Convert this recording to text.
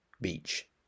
beach